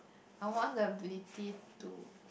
I want the ability to